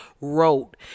wrote